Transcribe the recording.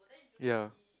ya